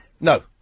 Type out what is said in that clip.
No